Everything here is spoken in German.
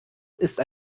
ist